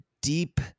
deep